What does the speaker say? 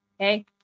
Okay